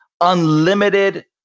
unlimited